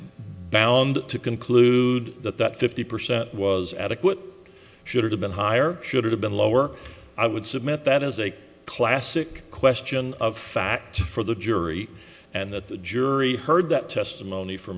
bound to conclude that that fifty percent was adequate should have been higher should have been lower i would submit that is a classic question of fact for the jury and that the jury heard that testimony f